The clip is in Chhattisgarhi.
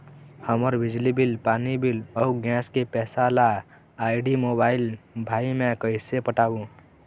हमर बिजली बिल, पानी बिल, अऊ गैस के पैसा ला आईडी, मोबाइल, भाई मे कइसे पटाबो?